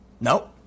No